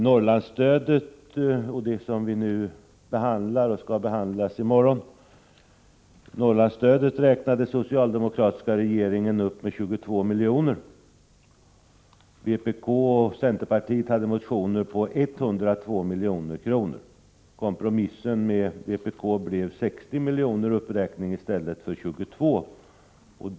Norrlandsstödet — det som vi nu behandlar och det som skall behandlas i morgon — räknade den socialdemokratiska regeringen upp med 22 miljoner. Vpk och centerpartiet föreslår i sina motioner 102 milj.kr. Kompromissen med vpk medför en uppräkning med 60 milj.kr. i stället för 22 milj.kr.